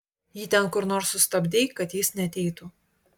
jį ten kur nors sustabdei kad jis neateitų